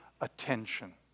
attention